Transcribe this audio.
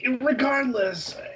Regardless